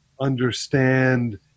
understand